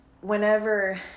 Whenever